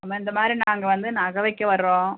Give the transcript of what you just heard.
மா இந்த மாதிரி நாங்கள் வந்து நகை வைக்க வரோம்